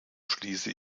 schließe